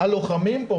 הלוחמים כאן,